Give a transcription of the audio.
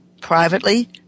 privately